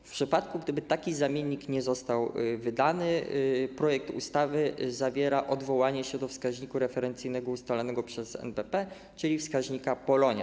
W przypadku gdyby taki zamiennik nie został wydany, projekt ustawy zawiera odwołanie do wskaźnika referencyjnego ustalanego przez NBP, czyli wskaźnika POLONIA.